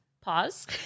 pause